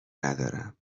ندارم